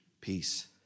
peace